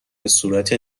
بهصورت